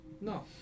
No